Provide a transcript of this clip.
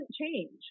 change